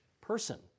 person